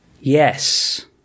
Yes